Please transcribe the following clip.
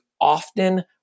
often